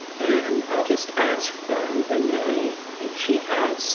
and i'll just ask renee if she has